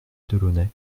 delaunay